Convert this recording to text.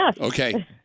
Okay